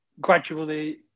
gradually